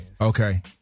Okay